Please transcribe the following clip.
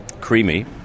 creamy